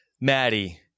Maddie